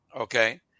Okay